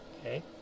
okay